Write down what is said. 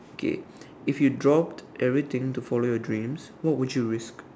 okay if you dropped everything to follow your dreams what would you risk